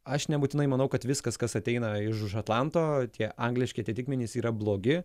aš nebūtinai manau kad viskas kas ateina iš už atlanto tie angliški atitikmenys yra blogi